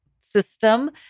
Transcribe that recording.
system